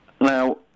now